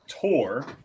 tour